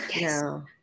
no